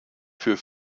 für